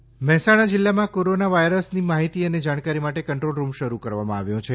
Mehsana corona Mehsana જિલ્લામાં corona વાયરસની માહિતી અને જાણકારી માટે કંટ્રોલરૂમ શરૂ કરવામાં આવ્યો છે